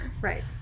Right